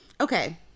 Okay